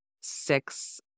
six